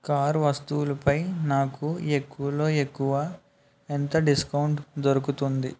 car వస్తువులుపై నాకు ఎక్కువలో ఎక్కువ ఎంత డిస్కౌంట్ దొరుకుతుంది